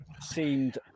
seemed